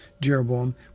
Jeroboam